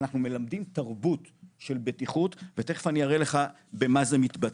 אנחנו מלמדים תרבות של בטיחות ותיכף אני אראה לך במה זה מתבטא.